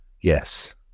Yes